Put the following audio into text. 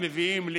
ואם מביאים,